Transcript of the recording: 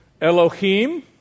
Elohim